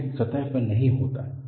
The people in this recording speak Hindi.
यह सतह पर नहीं होता है